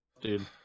dude